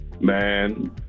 Man